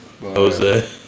Jose